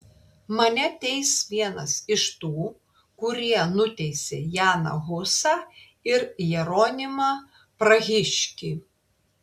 mane teis vienas iš tų kurie nuteisė janą husą ir jeronimą prahiškį